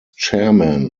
chairman